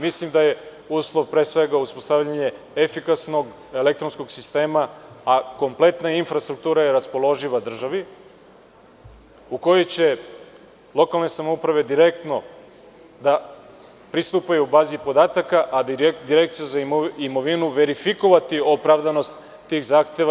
Mislim da je uslov, pre svega, uspostavljanje efikasnog elektronskog sistema, a kompletna infrastruktura je raspoloživa državi, u koju će lokalne samouprave direktno da pristupaju bazi podataka, a Direkcija za imovinu će verifikovati opravdanost tih zahteva.